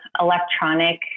electronic